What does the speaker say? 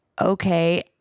okay